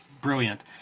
brilliant